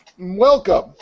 Welcome